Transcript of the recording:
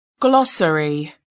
Glossary